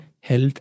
health